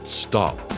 stop